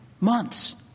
months